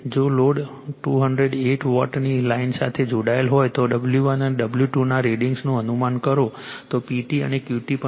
જો લોડ 208 વોલ્ટની લાઇન સાથે જોડાયેલ હોય તો W1 અને W2 ના રીડિંગ્સનું અનુમાન કરો તો PT અને QT પણ શોધો